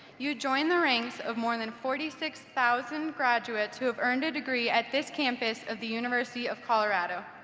you join the ranks of more than forty six thousand graduates who have earned a degree at this campus of the university of colorado.